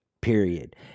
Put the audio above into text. period